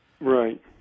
Right